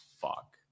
fuck